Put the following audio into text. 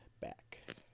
back